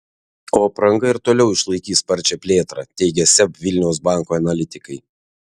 o apranga ir toliau išlaikys sparčią plėtrą teigia seb vilniaus banko analitikai